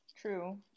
true